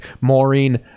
Maureen